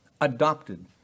adopted